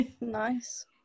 nice